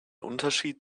unterschied